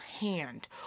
hand